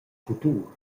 futur